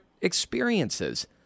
experiences